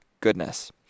goodness